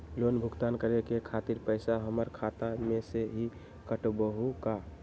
Loan भुगतान करे के खातिर पैसा हमर खाता में से ही काटबहु का?